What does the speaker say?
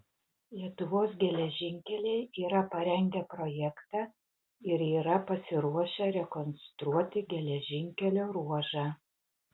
lietuvos geležinkeliai yra parengę projektą ir yra pasiruošę rekonstruoti geležinkelio ruožą